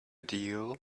deal